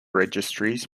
registries